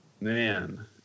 Man